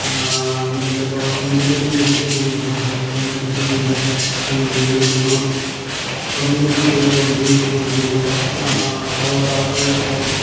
বেলেগৰ communication skills আমাৰ ভাল হয় থ্ৰু ছ'চিয়েল মিডিয়া আমি বিভিন্ন ধৰণৰ কমিউনিকেশ্যন কৰিব পাৰোঁ বিভিন্ন ধৰণৰ মানুহৰ লগত আৰু তাৰ ওপৰি আছে আৰু